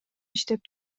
иштеп